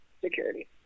security